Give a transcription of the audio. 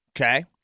Okay